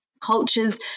cultures